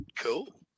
Cool